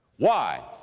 why?